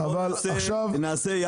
אנחנו נעשה,